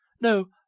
No